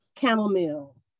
chamomile